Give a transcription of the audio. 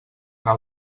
anar